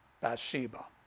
Bathsheba